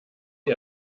sie